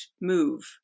move